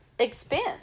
expense